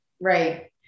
Right